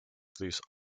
these